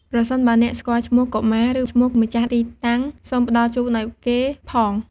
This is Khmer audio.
ប្រសិនបើអ្នកស្គាល់ឈ្មោះកុមារ ឬឈ្មោះម្ចាស់ទីតាំង សូមផ្ដល់ជូនអោយគេផង។